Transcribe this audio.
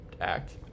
act